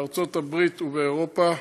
בארצות הברית ובאירופה.